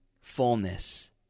fullness